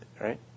right